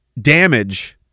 damage